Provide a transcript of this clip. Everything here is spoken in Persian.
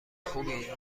خوبی